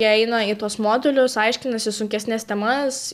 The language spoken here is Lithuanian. jie eina į tuos modulius aiškinasi sunkesnes temas